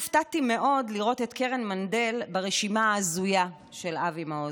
הופתעתי מאוד לראות את קרן מנדל ברשימה ההזויה של אבי מעוז.